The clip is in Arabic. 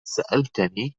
سألتني